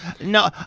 No